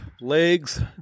Legs